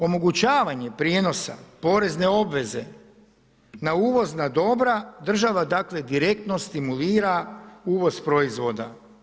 Omogućavanje prijenosa porezne obveze na uvozna dobra država dakle, direktno stimulira uvoz proizvoda.